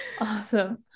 Awesome